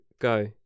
Go